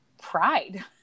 pride